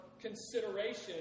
consideration